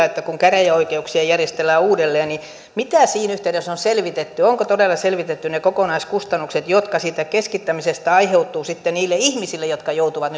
että kun käräjäoikeuksia järjestellään uudelleen niin mitä siinä yhteydessä on selvitetty onko todella selvitetty ne kokonaiskustannukset jotka siitä keskittämisestä aiheutuvat sitten niille ihmisille jotka joutuvat